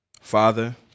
Father